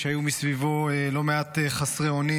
כשהיו מסביבו לא מעט חסרי אונים.